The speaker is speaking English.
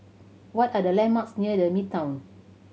what are the landmarks near The Midtown